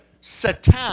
Satan